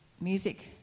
music